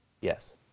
Yes